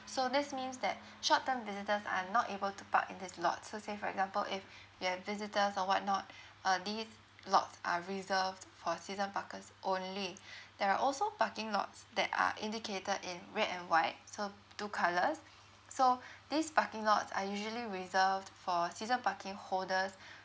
so this means that short term visitors are not able to park in these lots so say for example if you have visitors or whatnot uh these lots are reserved for season parker's only there are also parking lots that are indicated in red and white so two colours so these parking lots are usually reserved for season parking holders